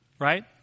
right